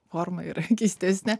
forma yra keistesnė